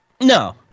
No